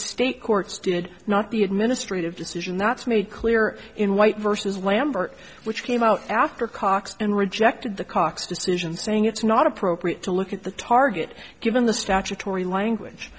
state courts did not the administrative decision that's made clear in white versus lambert which came out after cox and rejected the cox decision saying it's not appropriate to look at the target given the statutory